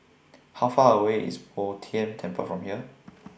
How Far away IS Bo Tien Temple from here